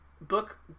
book